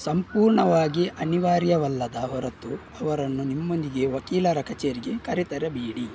ಸಂಪೂರ್ಣವಾಗಿ ಅನಿವಾರ್ಯವಲ್ಲದ ಹೊರತು ಅವರನ್ನು ನಿಮ್ಮೊಂದಿಗೆ ವಕೀಲರ ಕಚೇರಿಗೆ ಕರೆತರಬೇಡಿ